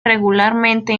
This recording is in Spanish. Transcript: regularmente